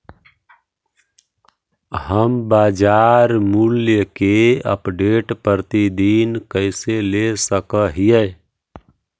हम बाजार मूल्य के अपडेट, प्रतिदिन कैसे ले सक हिय?